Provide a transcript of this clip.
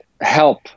help